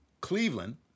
Cleveland